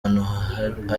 hantu